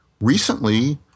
recently